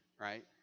right